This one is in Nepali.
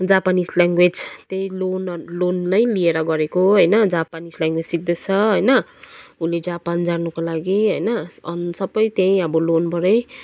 जापानिज ल्याङ्ग्वेज त्यही लोन लोन नै लिएर गरेको होइन जापानिज ल्याङ्ग्वेज सिक्दैछ होइन उसले जापान जानको लागि होइन अनि सब त्यही अब लोनबाट